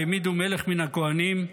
והעמידו מלך מן הכוהנים,